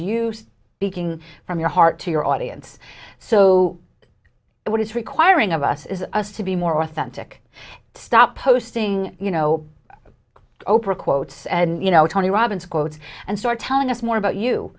be king from your heart to your audience so what is requiring of us is us to be more authentic stop posting you know oprah quotes and you know tony robbins quotes and start telling us more about you